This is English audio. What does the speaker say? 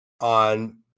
on